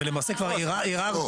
למעשה כבר ערערת.